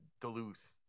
Duluth